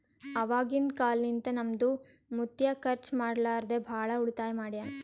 ಅವಾಗಿಂದ ಕಾಲ್ನಿಂತ ನಮ್ದು ಮುತ್ಯಾ ಖರ್ಚ ಮಾಡ್ಲಾರದೆ ಭಾಳ ಉಳಿತಾಯ ಮಾಡ್ಯಾನ್